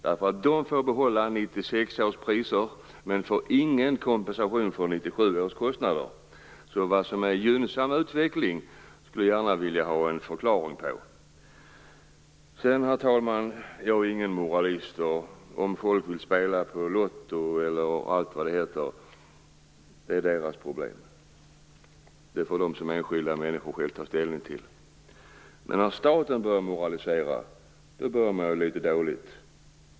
De får behålla 1996 års priser men får ingen kompensation för 1997 års kostnader. Jag skulle gärna vilja ha en förklaring på vad som menas med en gynnsam utveckling. Herr talman! Jag är ingen moralist. Om folk vill spela på Lotto eller något annat är det deras problem. De får som enskilda människor själva ta ställning till det. Men när staten börjar moralisera mår man litet dåligt.